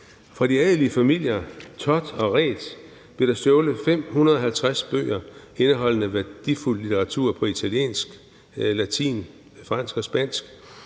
Fra de adelige familier Thott og Reedtz blev der stjålet 550 bøger indeholdende værdifuld litteratur på italiensk, latin, fransk og spansk,